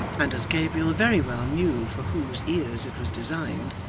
and as gabriel very well knew for whose ears it was designed,